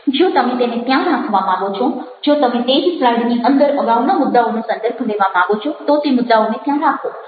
જો તમે તેને ત્યાં રાખવા માગો છો જો તમે તે જ સ્લાઈડની અંદર અગાઉના મુદ્દાઓનો સંદર્ભ લેવા માંગો છો તો તે મુદ્દાઓને ત્યાં રાખો